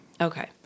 Okay